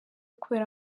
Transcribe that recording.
kubera